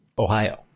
Ohio